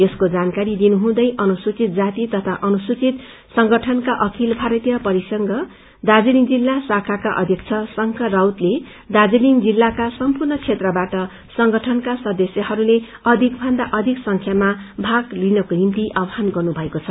यसको जाकारी दिनुहुँदै अनुसूचित जाति तथा अनुसूचित संगठका अखिल भारतीय परिसंघ दार्जीलिङ जिल्ला शाखाक्र अध्यक्ष शंकर राउतले दार्जीलिङ जिल्लाका अध्यक्षका सम्पूर्ण क्षेत्रबाट संगठनका सदस्यहस्ले अधिकथन्दा अधिक संख्यामा भाग लिनको निम्ति आङ्वान गर्नुभएको छ